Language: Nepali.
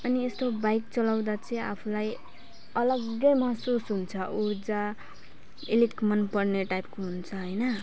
अनि यस्तो बाइक चलाउँदा चाहिँ आफूलाई अलग्गै महसुस हुन्छ ऊर्जा अलिक मन पर्ने टाइपको हुन्छ हैन